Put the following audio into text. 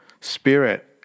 spirit